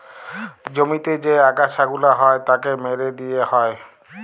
জমিতে যে আগাছা গুলা হ্যয় তাকে মেরে দিয়ে হ্য়য়